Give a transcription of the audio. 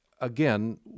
again